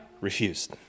refused